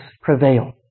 prevail